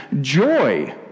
joy